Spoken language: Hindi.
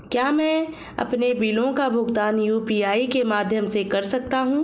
क्या मैं अपने बिलों का भुगतान यू.पी.आई के माध्यम से कर सकता हूँ?